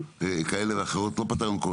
כאלה ואחרות, לא פתרנו הכל.